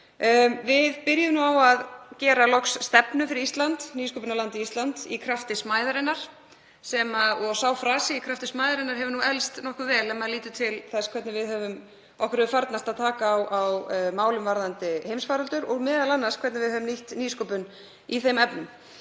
Við byrjuðum á að gera loks stefnu fyrir Ísland, nýsköpunarlandið Ísland, í krafti smæðarinnar, en frasinn í krafti smæðarinnar hefur elst nokkuð vel ef maður lítur til þess hvernig okkur hefur farnast við að taka á málum varðandi heimsfaraldurinn og m.a. hvernig við höfum nýtt nýsköpun í þeim efnum.